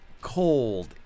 cold